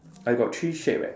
I got three shape eh